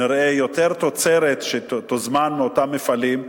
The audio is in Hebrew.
נראה יותר תוצרת שתוזמן מאותם מפעלים,